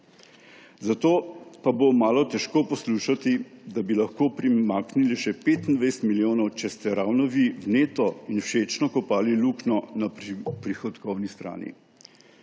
Zato pa bo malo težko poslušati, da bi lahko primaknili še 25 milijonov, če ste ravno vi vneto in všečno kopali luknjo na prihodkovni strani.